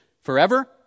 forever